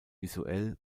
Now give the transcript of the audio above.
visuell